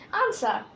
answer